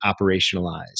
operationalized